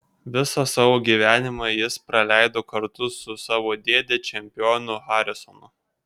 visą savo gyvenimą jis praleido kartu su savo dėde čempionu harisonu